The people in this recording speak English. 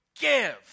give